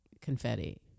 confetti